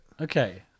Okay